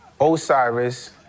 Osiris